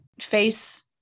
face